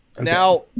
Now